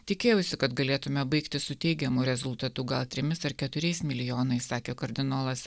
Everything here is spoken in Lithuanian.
tikėjausi kad galėtume baigti su teigiamu rezultatu gal trimis ar keturiais milijonais sakė kardinolas